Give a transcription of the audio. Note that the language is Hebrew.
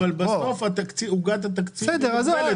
אבל בסוף עוגת התקציב היא מוגבלת,